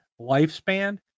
lifespan